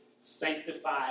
sanctified